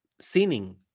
sinning